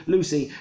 Lucy